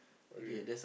okay